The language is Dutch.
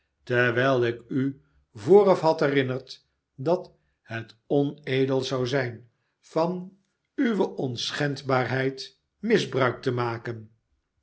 terwijl ik u vooraf had herinnerd dat het onedel zou zijn van uwe onschendbaarheid misbruik te maken